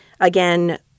Again